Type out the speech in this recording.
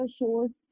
shows